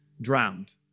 drowned